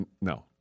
no